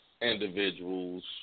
Individuals